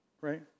right